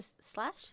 slash